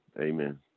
Amen